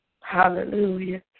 Hallelujah